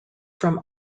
from